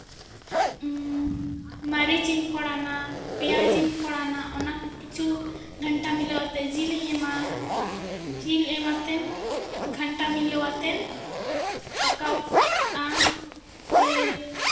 ᱢᱟᱹᱨᱤᱪ ᱤᱧ ᱯᱷᱳᱲᱟᱱᱟ ᱯᱮᱸᱭᱟᱡᱽ ᱤᱧ ᱯᱷᱳᱲᱟᱱᱟ ᱚᱱᱟ ᱠᱤᱪᱷᱩ ᱜᱷᱟᱱᱴᱟ ᱢᱤᱞᱟᱹᱣ ᱟᱛᱮ ᱡᱤᱞ ᱤᱧ ᱮᱢ ᱟᱛᱮᱱ ᱜᱷᱟᱱᱴᱟ ᱢᱤᱞᱟᱹᱣ ᱟᱛᱮᱱ ᱯᱟᱠᱟᱣᱼᱟ ᱯᱷᱤᱨ